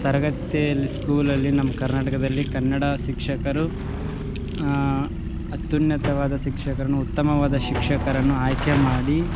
ತರಗತಿಯಲ್ಲಿ ಸ್ಕೂಲ್ಲ್ಲಿ ನಮ್ಮ ಕರ್ನಾಟಕದಲ್ಲಿ ಕನ್ನಡ ಶಿಕ್ಷಕರು ಆ ಅತ್ಯುನ್ನತವಾದ ಶಿಕ್ಷಕರನ್ನು ಉತ್ತಮವಾದ ಶಿಕ್ಷಕರನ್ನು ಆಯ್ಕೆ ಮಾಡಿ